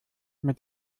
mit